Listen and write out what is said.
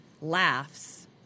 laughs